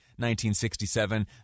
1967